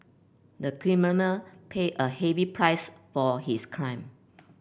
the criminal paid a heavy price for his crime